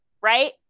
right